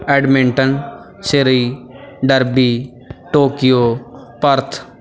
Edmonton ਸੀਰੀ Derby Tokyo Perth